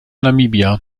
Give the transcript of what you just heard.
namibia